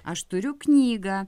aš turiu knygą